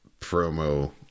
promo